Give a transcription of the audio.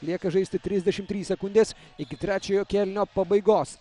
lieka žaisti trisdešim trys sekundės iki trečiojo kėlinio pabaigos